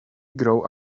grow